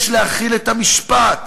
"יש להחיל את המשפט,